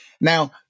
Now